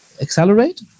accelerate